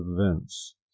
events